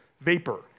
Vapor